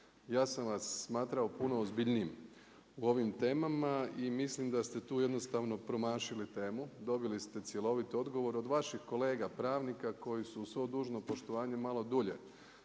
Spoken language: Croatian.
Ja sam vas smatrao puno ozbiljnijim u ovim temama i mislim da ste tu jednostavno promašili temu, dobili ste cjeloviti odgovor od vaših kolega pravnika koji su uz svo dužno poštovanje malo dulje